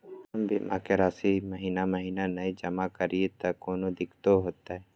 हम बीमा के राशि महीना महीना नय जमा करिए त कोनो दिक्कतों होतय?